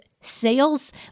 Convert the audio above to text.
sales